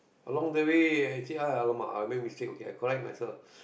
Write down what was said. along the way actu~ ah alamak I make mistake okay I correct myself